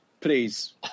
Please